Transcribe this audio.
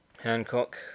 Hancock